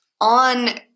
on